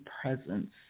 presence